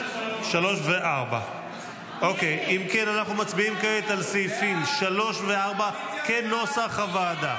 אנחנו מצביעים כעת על סעיפים 3 ו-4 כנוסח הוועדה.